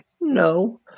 No